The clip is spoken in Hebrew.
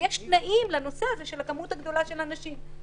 ויש תנאים לנושא הזה של הכמות הגדולה של האנשים.